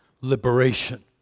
liberation